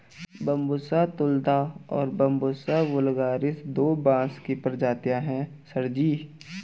Bambusa तुलदा और बंबूसा वुल्गारिस दो बांस की प्रजातियां हैं सर जी